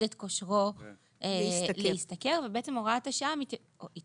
את כושרו להשתכר ובעצם הוראת השעה התייחסה